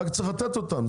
רק צריך לתת אותם,